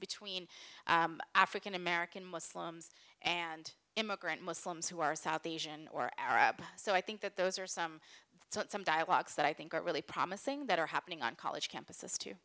between african american muslims and immigrant muslims who are south asian or arab so i think that those are some some dialogues that i think are really promising that are happening on college campuses